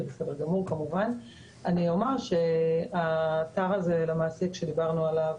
אני אומר שהקו הזה למעסיק, שדיברנו עליו,